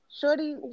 Shorty